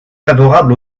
favorable